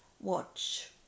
watch